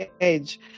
age